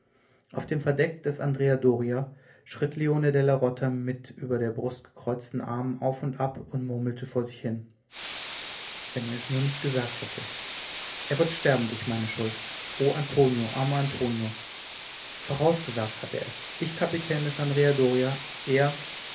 auf dem verdeck des andrea doria schritt leone della rota mit über der brust gekreuzten armen auf und ab und murmelte vor sich hin wenn er es nur nicht gesagt hätte er wird sterben durch meine schuld o antonio armer antonio vorausgesagt hat er es ich kapitän des andrea doria er